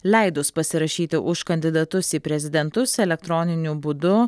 leidus pasirašyti už kandidatus į prezidentus elektroniniu būdu